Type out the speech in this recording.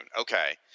Okay